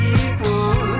equal